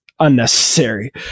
unnecessary